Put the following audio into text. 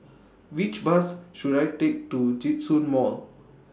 Which Bus should I Take to Djitsun Mall